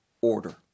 order